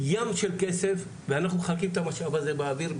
ים של כסף ואנחנו מחלקים את המשאב הזה באוויר,